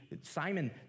Simon